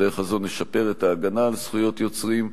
בדרך הזאת נשפר את ההגנה על זכויות יוצרים,